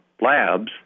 labs